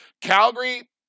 Calgary